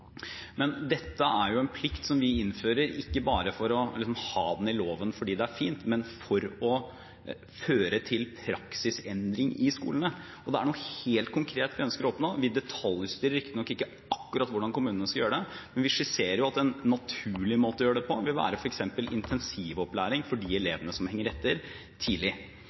Men dette er en plikt som vi innfører ikke bare for å ha den i loven fordi det er fint, men for at det skal føre til praksisendring i skolene. Det er noe helt konkret vi ønsker å oppnå. Vi detaljstyrer riktignok ikke akkurat hvordan kommunene skal gjøre det, men vi skisserer at en naturlig måte å gjøre det på vil være f.eks. intensivopplæring for de elevene som henger etter, tidlig.